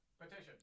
Petition